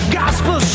gospel